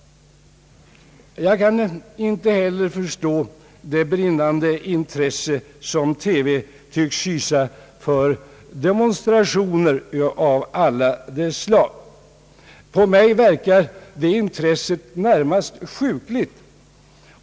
Jag kan inte heller förstå det brinnande intresse som TV tycks hysa för demonstrationer av alla de slag. På mig verkar det intresset närmast sjukligt.